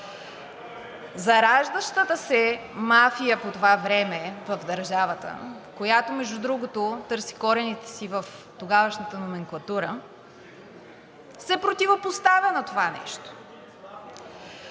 Зараждащата се мафия по това време в държавата, която, между другото, търси корените си в тогавашната номенклатура, се противопоставя на това нещо